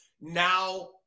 now